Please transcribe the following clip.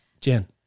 Jen